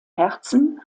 herzen